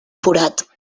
forat